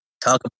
talk